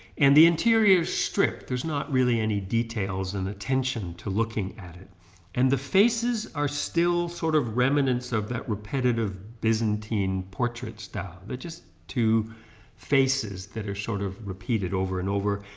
and the interior strip there's not really any details and attention to looking at it and the faces are still sort of remnants of that repetitive byzantine portrait style. they're just two faces that are sort of repeated over and over.